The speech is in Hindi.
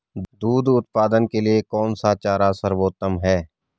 दूध उत्पादन के लिए कौन सा चारा सर्वोत्तम है?